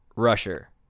rusher